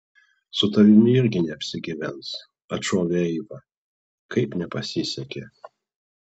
su tavimi irgi neapsigyvens atšovė eiva kaip nepasisekė